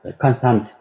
constant